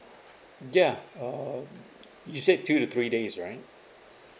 ya uh you said two to three days right